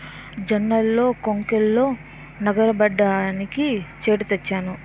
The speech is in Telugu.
జొన్నల్లో కొంకుల్నె నగరబడ్డానికి చేట తెచ్చాను